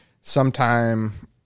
sometime